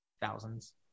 thousands